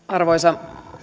arvoisa